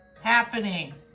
happening